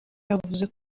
yavuze